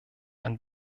ein